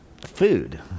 food